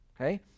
okay